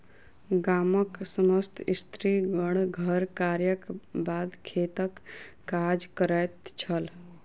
गामक समस्त स्त्रीगण घर कार्यक बाद खेतक काज करैत छल